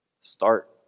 Start